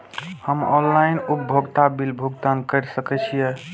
हम ऑनलाइन उपभोगता बिल भुगतान कर सकैछी?